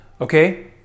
okay